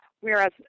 Whereas